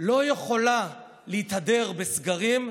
לא יכולה להתהדר בסגרים,